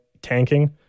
tanking